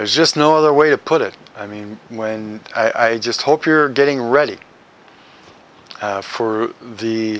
there's just no other way to put it i mean when i just hope you're getting ready for the